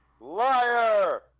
Liar